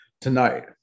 tonight